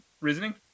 Reasoning